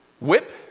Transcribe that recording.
whip